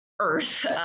earth